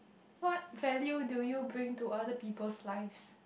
what value do you bring to other people's lives